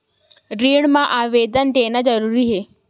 ऋण मा आवेदन देना जरूरी हे?